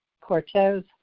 Cortez